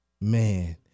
man